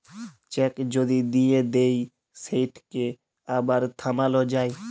cheque যদি দিঁয়ে দেই সেটকে আবার থামাল যায়